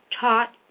taught